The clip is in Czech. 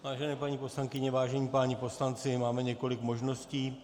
Vážené paní poslankyně, vážení páni poslanci, máme několik možností.